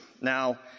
Now